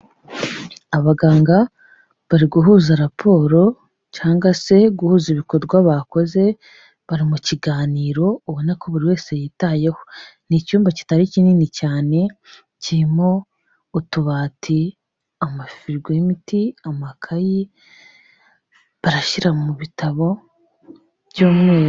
Abaganga bari guhuza raporo cyangwa se guhuza ibikorwa bakoze, bari mu kiganiro ubona ko buri wese yitayeho, ni icyumba kitari kinini cyane, kirimo utubati, amafirigo y'umuti, amakayi barashyira mu bitabo by'umweru.